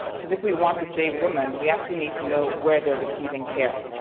because if we want to save women, we actually need to know where they're receiving care.